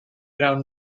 around